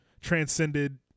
transcended